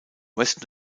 west